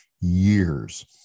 years